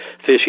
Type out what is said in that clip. fish